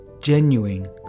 genuine